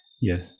Yes